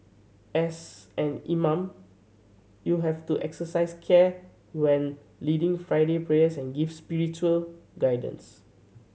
as an imam you have to exercise care when leading Friday prayers and give spiritual guidance